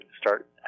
start